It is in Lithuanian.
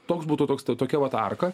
toks būtų toks tokia vat arka